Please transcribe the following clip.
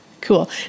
Cool